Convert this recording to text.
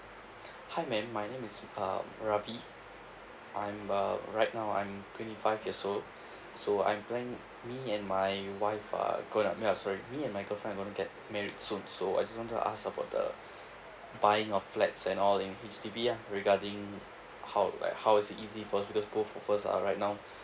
hi ma'am my name is uh ravi I'm uh right now I'm twenty five years old so I'm plan~ me and my wife uh gonna no I'm sorry me and my girlfriend are gonna get married soon so I just want to ask about the buying of flats and all in H_D_B ah regarding how like how is it easy first because both of us are right now